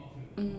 mm